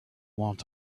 want